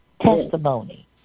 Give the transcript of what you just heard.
testimony